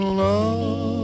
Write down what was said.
love